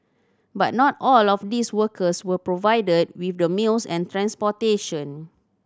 but not all of these workers were provided with the meals and transportation